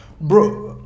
bro